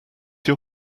your